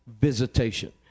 visitation